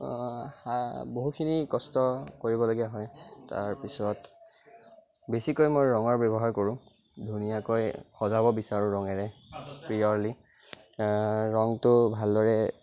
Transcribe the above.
বহুতখিনি কষ্ট কৰিব লগীয়া হয় তাৰপিছত বেছিকৈ মই ৰঙৰ ব্যৱহাৰ কৰোঁ ধুনীয়াকৈ সজাব বিচাৰো ৰঙেৰে পিয়'ৰলি ৰংটো ভালদৰে